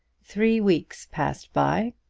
three weeks passed by,